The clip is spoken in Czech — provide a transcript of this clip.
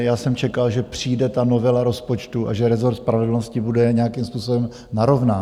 Já jsem čekal, že přijde ta novela rozpočtu a že rezort spravedlnosti bude nějakým způsobem narovnán.